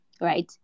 right